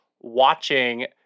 watching